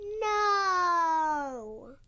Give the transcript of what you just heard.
No